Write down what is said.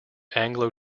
anglo